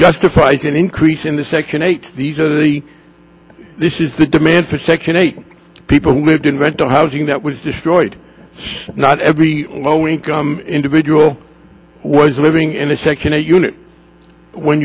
justifies an increase in the second eight these are the this is the demand for section eight people lived invent a housing that was destroyed not every low income individual was living in a second a unit when